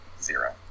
zero